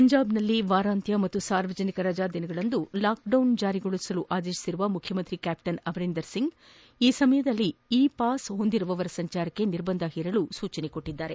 ಪಂಜಾಬ್ನಲ್ಲಿ ವಾರಾಂತ್ಯ ಮತ್ತು ಸಾರ್ವಜನಿಕ ರಜೆಗಳಲ್ಲಿ ಲಾಕ್ಡೌನ್ ಜಾರಿಗೊಳಿಸಲು ಆದೇಶಿಸಿರುವ ಮುಖ್ಯಮಂತ್ರಿ ಕ್ಲಾಪ್ಲನ್ ಅಮರಿಂದರ್ ಸಿಂಗ್ ಈ ಸಮಯದಲ್ಲಿ ಇ ಪಾಸ್ ಹೊಂದಿರುವವರ ಸಂಚಾರಕ್ಕೆ ನಿರ್ಬಂಧ ಹೇರಲು ಸೂಚಿಸಿದ್ದಾರೆ